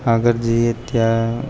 આગળ જઈએ ત્યાં